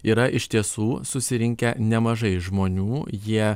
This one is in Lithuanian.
yra iš tiesų susirinkę nemažai žmonių jie